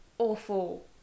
Awful